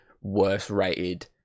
worst-rated